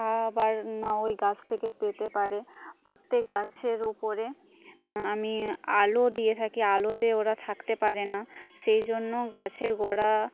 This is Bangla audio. খাবার না ওই গাছ থেকে পেতে পারে প্রত্যেক গাছের ওপরে আমি আলো দিয়ে থাকি আলোতে ওরা থাকতে পারে না সে জন্য গাছের গোড়া